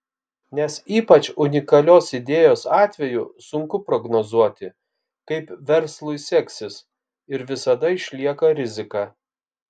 nes ypač unikalios idėjos atveju sunku prognozuoti kaip verslui seksis ir visada išlieka rizika